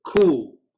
Cool